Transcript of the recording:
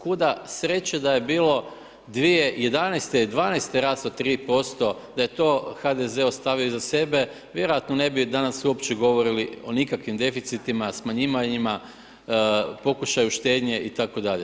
Kuda sreće da je bilo 2011., 2012. rast od 3%, da je to HDZ ostavio iza sebe vjerojatno ne bi danas uopće govorili o nikakvim deficitima, smanjivanjima, pokušaju štednje itd.